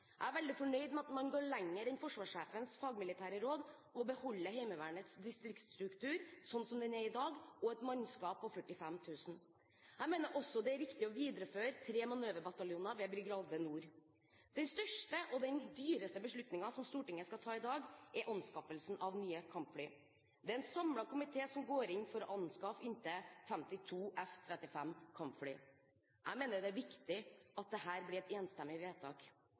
Jeg er veldig fornøyd med at man går lenger enn forsvarssjefens fagmilitære råd og beholder Heimevernets distriktsstruktur sånn som den er i dag, med et mannskap på 45 000. Jeg mener også det er riktig å videreføre tre manøverbataljoner ved Brigade Nord. Den største og den dyreste beslutningen som Stortinget skal ta i dag, er anskaffelsen av nye kampfly. Det er en samlet komité som går inn for å anskaffe inntil 52 F-35 kampfly. Jeg mener det er viktig at dette blir et enstemmig vedtak